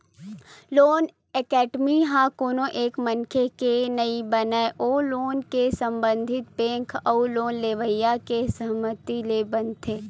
loan agreement ह कोनो एक मनखे के नइ बनय ओ लोन ले संबंधित बेंक अउ लोन लेवइया के सहमति ले बनथे